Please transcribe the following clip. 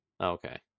okay